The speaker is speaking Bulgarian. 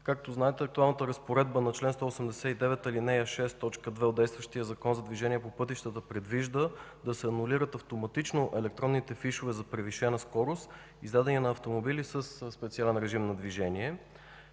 Както знаете, актуалната разпоредба на чл. 189, ал. 6, т. 2 от действащия Закон за движение по пътищата предвижда да се анулират автоматично електронните фишове за превишена скорост издадени на автомобили със специален режим на движение.